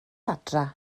adra